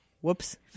Whoops